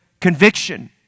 conviction